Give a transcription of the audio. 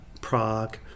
Prague